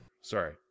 Sorry